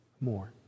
more